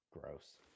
gross